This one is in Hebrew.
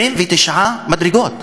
79 מדרגות.